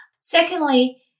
secondly